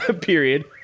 period